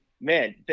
man